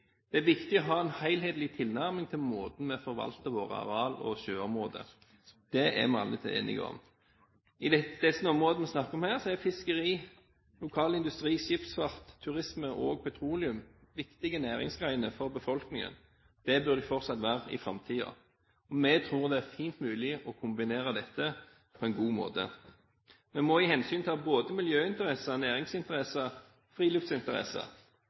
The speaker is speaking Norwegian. Forvaltningsplanen er viktig. Det er viktig å ha en helhetlig tilnærming til måten vi forvalter våre areal og sjøområder på. Det er alle enige om. I disse områdene vi snakker om her, er fiskeri, lokal industri, skipsfart, turisme og petroleum viktige næringsgrener for befolkningen. Det burde det fortsatt være i framtiden. Vi tror det er fint mulig å kombinere dette på en god måte. En må ta hensyn til både miljøinteresser, næringsinteresser og friluftsinteresser.